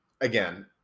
again